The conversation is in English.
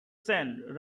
sand